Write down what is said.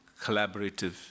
collaborative